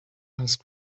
ice